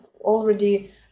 already